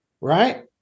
Right